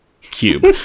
cube